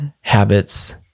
habits